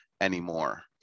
anymore